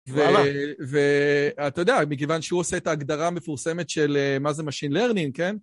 ואתה יודע, מכיוון שהוא עושה את ההגדרה המפורסמת של מה זה Machine Learning, כן?